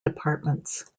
departments